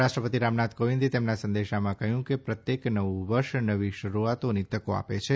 રાષ્ટ્રપતિ રામનાથ કોંવિદે તેમના સંદેશામાં કહ્યું કે પ્રત્યેક નવું વર્ષ નવી શરૂઆતની તકો આપે છે